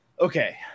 okay